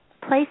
place